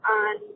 on